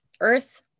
earth